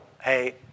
hey